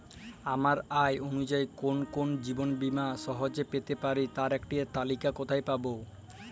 আমার আয় অনুযায়ী কোন কোন জীবন বীমা সহজে পেতে পারব তার একটি তালিকা কোথায় পাবো?